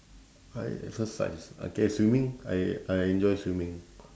I exercise okay swimming I I enjoy swimming